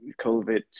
COVID